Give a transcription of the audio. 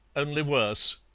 only worse.